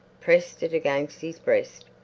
pressed it against his breast,